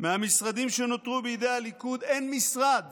מהמשרדים שנותרו בידי הליכוד אין משרד